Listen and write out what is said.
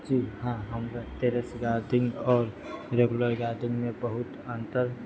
जी हँ हम terrace gardening आओर रेगुलर गार्डनिंगमे बहुत अन्तर